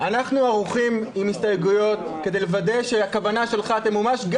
אנחנו ערוכים עם הסתייגויות כדי לוודא שהכוונה שלך תמומש,